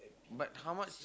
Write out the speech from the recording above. but how much